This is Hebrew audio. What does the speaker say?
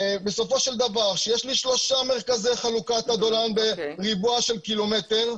בסופו של דבר שיש לי שלושה מרכזי חלוקת אדולן בריבוע של קילומטר,